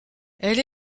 elle